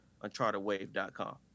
unchartedwave.com